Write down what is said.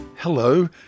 Hello